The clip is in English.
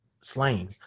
slain